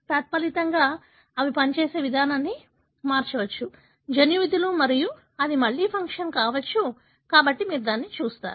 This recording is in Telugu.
తత్ఫలితంగా అవి పనిచేసే విధానాన్ని మార్చవచ్చు జన్యు విధులు మరియు అది మళ్లీ ఫంక్షన్ కావచ్చు కాబట్టి మీరు దానిని చూస్తారు